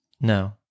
No